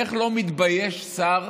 איך לא מתבייש שר